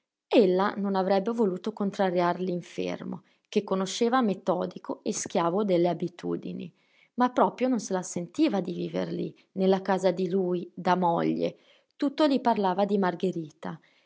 ritenuta ella non avrebbe voluto contrariar l'infermo che conosceva metodico e schiavo delle abitudini ma proprio non se la sentiva di viver lì nella casa di lui da moglie tutto lì parlava di margherita